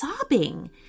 sobbing